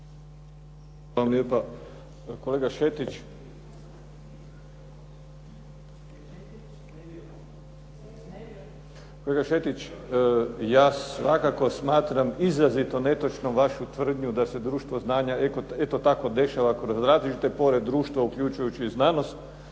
Hvala vam lijepa. Kolega Šetić, ja svakako smatram izrazito netočno vašu tvrdnju da se društvo znanja eto tako dešava kroz različite pore društva, uključujući i znanost.